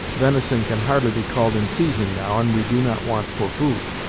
venison can hardly be called in season now, and we do not want for food.